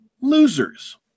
losers